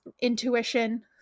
intuition